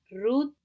Ruth